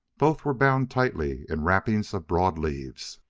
both were bound tightly in wrappings of broad leaves.